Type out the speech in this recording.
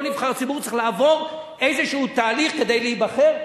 כל נבחר ציבור צריך לעבור איזה תהליך כדי להיבחר,